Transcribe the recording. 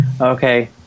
okay